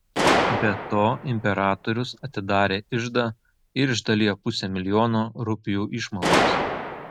be to imperatorius atidarė iždą ir išdalijo pusę milijono rupijų išmaldos